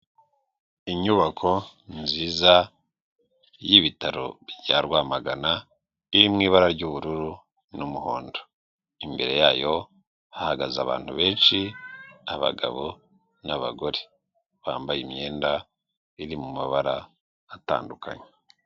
Inyubako nziza y'ibitaro bya rwamagana iri mw,ibara ry'ubururu n'umuhondo imbere yayo hahagaze abantu benshi abagabo n'abagore bambaye imyenda iri mu mabara atandukanye.